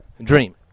dream